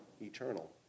Eternal